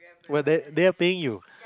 what that they're paying you